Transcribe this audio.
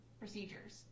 procedures